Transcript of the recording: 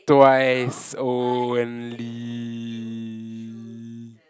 twice only